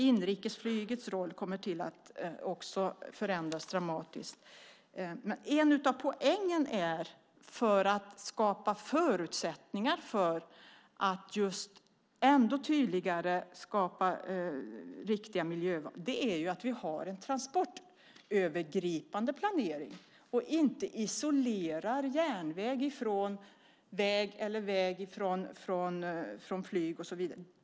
Inrikesflygets roll kommer också att förändras dramatiskt. En av poängerna med att skapa förutsättningar för att ännu tydligare göra riktiga miljöval är att vi har en transportövergripande planering och inte isolerar järnväg från väg eller väg från flyg och så vidare.